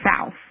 south